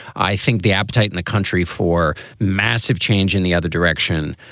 i think the appetite in the country for massive change in the other direction,